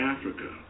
Africa